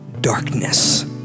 darkness